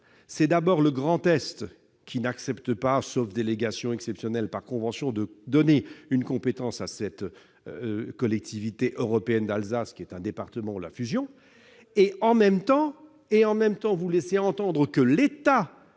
c'est d'abord le Grand Est qui n'accepte pas, sauf délégation exceptionnelle par convention, de donner une compétence à la Collectivité européenne d'Alsace, qui est un département. Tout à fait ! Par ailleurs, vous laissez entendre que l'État